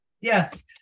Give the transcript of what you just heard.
Yes